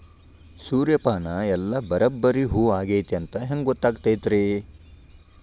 ಸೂರ್ಯಪಾನ ಎಲ್ಲ ಬರಬ್ಬರಿ ಹೂ ಆಗೈತಿ ಅಂತ ಹೆಂಗ್ ಗೊತ್ತಾಗತೈತ್ರಿ?